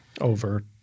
over